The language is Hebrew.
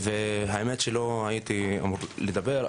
האמת היא שלא הייתי אמור לדבר,